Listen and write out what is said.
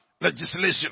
legislation